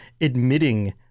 Admitting